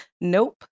Nope